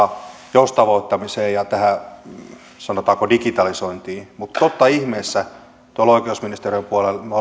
joustavoittamiseen ja tähän sanotaanko digitalisointiin mutta totta ihmeessä tuolla oikeusministeriön puolella me